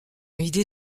idée